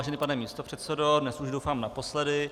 Vážený pane místopředsedo, dnes už doufám naposledy.